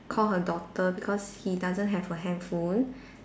call her daughter because he doesn't have a handphone